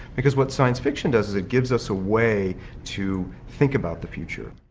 because what science fiction does, is it gives us a way to think about the future.